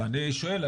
ואני שואל,